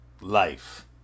life